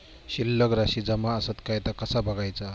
शिल्लक राशी जमा आसत काय ता कसा बगायचा?